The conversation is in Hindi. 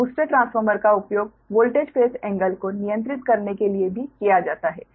तो बूस्टर ट्रांसफार्मर का उपयोग वोल्टेज फेस एंगल को नियंत्रित करने के लिए भी किया जाता है